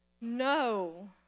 No